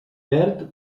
verd